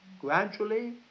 gradually